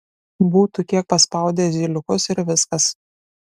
būtų kiek paspaudę zyliukus ir viskas